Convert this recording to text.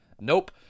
Nope